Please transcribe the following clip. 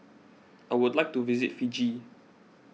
I would like to visit Fiji